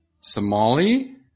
Somali